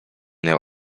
miał